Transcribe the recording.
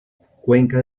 cuenca